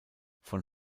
von